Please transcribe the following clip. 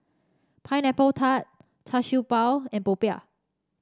Pineapple Tart Char Siew Bao and popiah